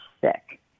sick